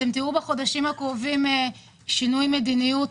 אתם תראו בחודשים הקרובים שינוי מדיניות.